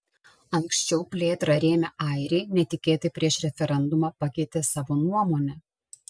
anksčiau plėtrą rėmę airiai netikėtai prieš referendumą pakeitė savo nuomonę